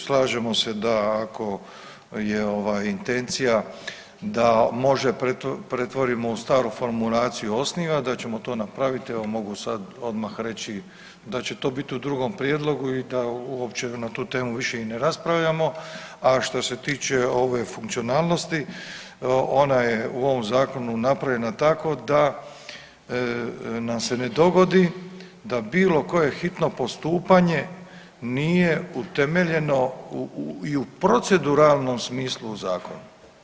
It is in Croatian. Slažemo se da ako je ovaj intencija da može pretvorimo u staru formulaciju osniva, da ćemo to napraviti, evo, mogu sad odmah reći da će to biti u drugom prijedlogu i da uopće na tu temu više i ne raspravljamo, a što se tiče ove funkcionalnosti, ona je u ovom Zakonu napravljena tako da nam se ne dogodi da bilo koje hitno postupanje nije utemeljeno i u proceduralnom smislu zakona.